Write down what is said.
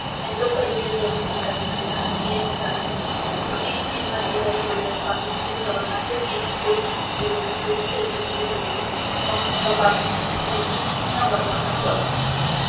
el cual parecía servir de taller de herrería y carretería porque en él había varios soldados artífices trabajando y allí podían discurrir libremente los dos prisioneros mas no escaparse porque un centinela guardaba la puerta